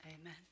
Amen